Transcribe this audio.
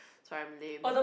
sorry I'm lame